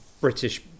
British